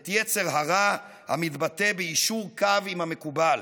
את יצר הרע, המתבטא ביישור קו עם המקובל